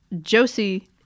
josie